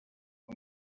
los